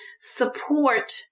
support